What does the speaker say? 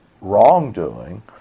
wrongdoing